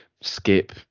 Skip